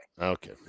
Okay